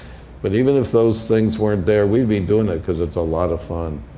but even if those things weren't there, we'd be doing it because it's a lot of fun.